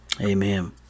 Amen